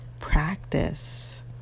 practice